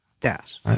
Dash